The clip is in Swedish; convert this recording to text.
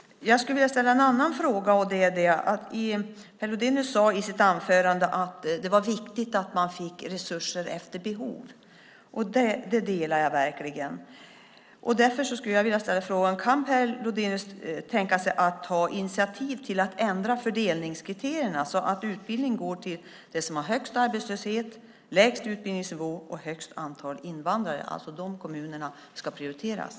Jag skulle vilja ställa en annan fråga. Per Lodenius sade i sitt anförande att det var viktigt att man fick resurser efter behov. Den åsikten delar jag verkligen. Kan Per Lodenius därför tänka sig att ta initiativ till att ändra fördelningskriterierna så att de kommuner som har högst arbetslöshet, lägst utbildningsnivå och högsta antalet invandrare prioriteras?